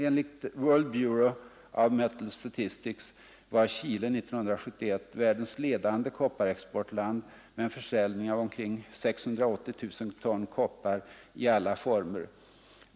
Enligt World Bureau of Metal Statistics var Chile 1971 världens ledande kopparexportland med en försäljning av omkring 680 000 ton koppar i alla former.